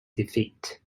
defeat